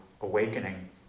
awakening